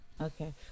okay